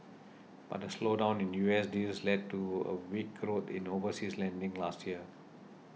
but a slowdown in U S deals led to a weak growth in overseas lending last year